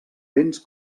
vents